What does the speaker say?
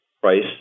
price